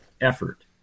effort